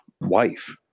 wife